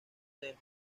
del